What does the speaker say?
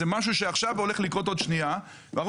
זה משהו שהולך לקרות עוד שנייה, ואם